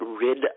rid